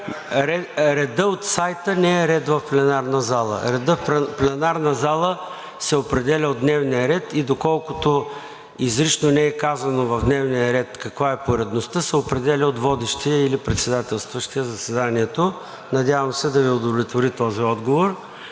Редът от сайта не е ред в пленарната зала. Редът в пленарната зала се определя от дневния ред и доколкото изрично не е казано в дневния ред каква е поредността, се определя от водещия или председателстващия заседанието. Надявам се да Ви удовлетвори този отговор.